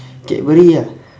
cadbury ah